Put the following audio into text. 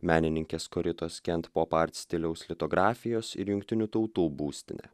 menininkės koritos kent popart stiliaus litografijos ir jungtinių tautų būstinė